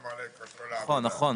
נכון.